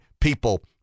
people